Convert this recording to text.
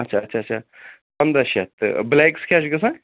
اچھا اچھا اچھا پندہ شتھ تہٕ بلیکَس کیاہ چھُ گَژھان